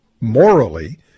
morally